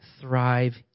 thrive